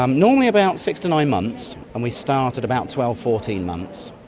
um normally about six to nine months, and we start at about twelve, fourteen months.